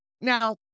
Now